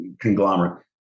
conglomerate